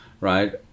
right